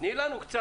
שלום לך.